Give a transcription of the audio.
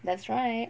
that's right